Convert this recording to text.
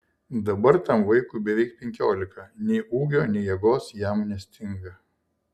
dabar tam vaikui beveik penkiolika nei ūgio nei jėgos jam nestinga